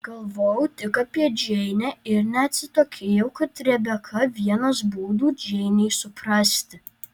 galvojau tik apie džeinę ir neatsitokėjau kad rebeka vienas būdų džeinei suprasti